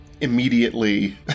immediately